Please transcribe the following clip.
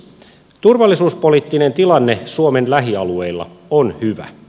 turvallisuuspoliittinen tilanne suomen lähialueilla on hyvä